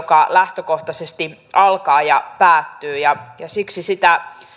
joka lähtökohtaisesti alkaa ja päättyy ja siksi sitä